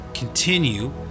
continue